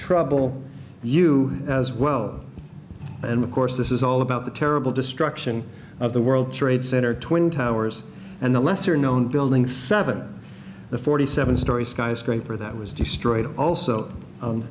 trouble you as well and of course this is all about the terrible destruction of the world trade center twin towers and the lesser known building seven the forty seven story skyscraper that was destroyed also